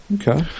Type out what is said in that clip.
Okay